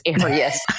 areas